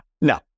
No